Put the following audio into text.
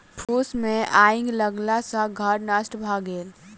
फूस मे आइग लगला सॅ घर नष्ट भ गेल